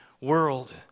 world